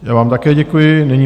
Já vám také děkuji.